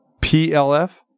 PLF